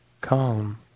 calm